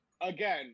again